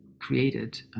created